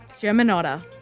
Germanotta